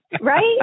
right